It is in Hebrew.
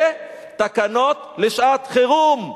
ותקנות לשעת-חירום,